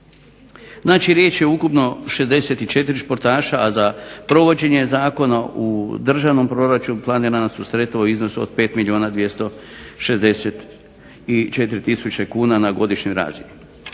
Znači, riječ je o ukupno 64 športaša, a za provođenje zakona u državnom proračunu planirana su sredstva u iznosu od 5 milijuna 264000 kuna na godišnjoj razini.